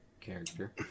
character